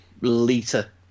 liter